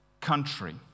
country